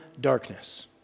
darkness